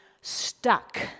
stuck